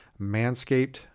Manscaped